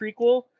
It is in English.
prequel